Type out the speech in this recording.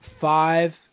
five